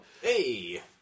Hey